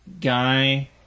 guy